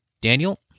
daniel